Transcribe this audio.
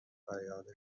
فریاد